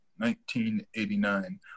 1989